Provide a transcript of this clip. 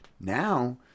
now